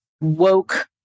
woke